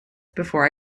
before